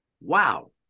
wow